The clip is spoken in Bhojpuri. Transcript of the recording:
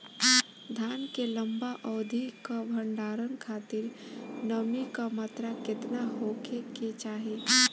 धान के लंबा अवधि क भंडारण खातिर नमी क मात्रा केतना होके के चाही?